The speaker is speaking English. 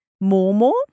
Momo